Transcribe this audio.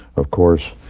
of course,